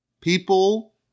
people